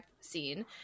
seen